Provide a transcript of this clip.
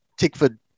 Tickford